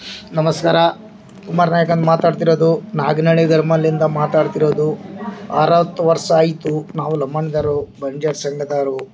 ನಮಸ್ಕಾರ ಕುಮಾರ್ ನಾಯಕ್ ಅಂತ ಮಾತಾಡ್ತಿರೋದು ನಾಗನಹಳ್ಳಿ ಗ್ರಾಮದಿಂದ ಮಾತಾಡ್ತಿರೋದು ಅರವತ್ತು ವರ್ಷ ಆಯಿತು ನಾವು ಲಂಬಾಣಿಗರು ಬಂಜಾರ್ ಸಂಘದವರು